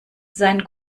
sein